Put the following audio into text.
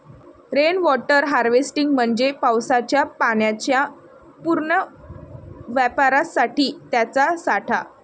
rain water harvesting म्हणजे पावसाच्या पाण्याच्या पुनर्वापरासाठी त्याचा साठा